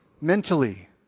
mentally